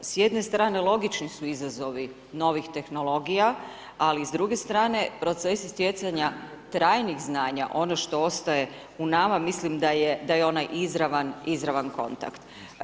S jedne strane, logični su izazovi novih tehnologija, ali s druge strane, procesi stjecanja trajnih znanja, ono što ostaje u nama, mislim da je onaj izravan izravan kontakt.